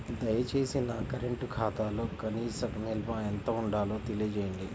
దయచేసి నా కరెంటు ఖాతాలో కనీస నిల్వ ఎంత ఉండాలో తెలియజేయండి